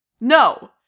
No